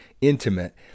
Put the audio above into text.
intimate